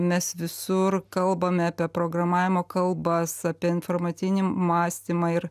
mes visur kalbame apie programavimo kalbas apie informacinį mąstymą ir